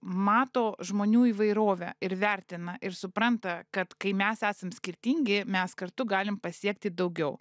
mato žmonių įvairovę ir vertina ir supranta kad kai mes esam skirtingi mes kartu galim pasiekti daugiau